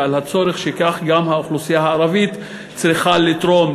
ולצורך שכך גם האוכלוסייה הערבית צריכה לתרום,